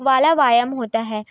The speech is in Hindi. वाला व्यायाम होता है